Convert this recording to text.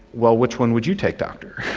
well, which one would you take, doctor?